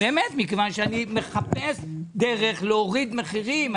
מכיוון שאני מחפש דרך להוריד מחירים.